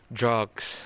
drugs